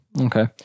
okay